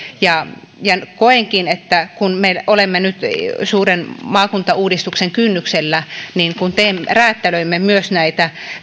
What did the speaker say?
ja ja koenkin että kun me nyt olemme suuren maakuntauudistuksen kynnyksellä ja kun räätälöimme myös näitä